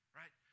right